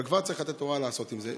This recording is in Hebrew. אבל כבר צריך לתת הוראה לעשות את זה.